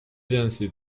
جنسی